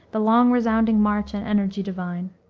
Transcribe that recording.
the long resounding march and energy divine.